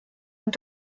und